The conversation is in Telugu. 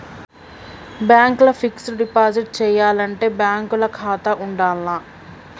బ్యాంక్ ల ఫిక్స్ డ్ డిపాజిట్ చేయాలంటే బ్యాంక్ ల ఖాతా ఉండాల్నా?